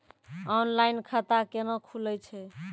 Online खाता केना खुलै छै?